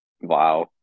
wow